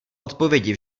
odpovědi